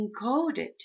encoded